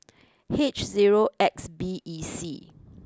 H zero X B E C